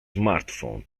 smartphone